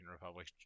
Republic